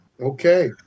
Okay